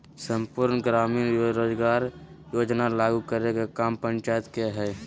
सम्पूर्ण ग्रामीण रोजगार योजना लागू करे के काम पंचायत के हय